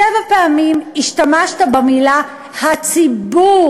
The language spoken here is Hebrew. שבע פעמים השתמשת במילה "הציבור".